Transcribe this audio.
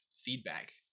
feedback